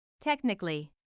Technically